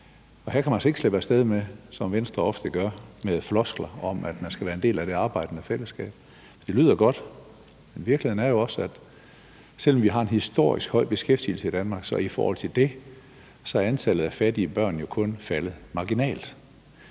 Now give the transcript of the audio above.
sig? Her kan man altså ikke, som Venstre ofte gør, slippe af sted med floskler om, at man skal være en del af det arbejdende fællesskab. Det lyder godt, men virkeligheden er jo også, at selv om vi har en historisk høj beskæftigelse i Danmark, er antallet af fattige børn i forhold til det kun faldet marginalt.